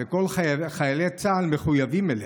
וכל חיילי צה"ל מחויבים אליה.